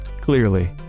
clearly